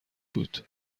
بود